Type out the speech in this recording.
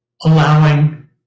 allowing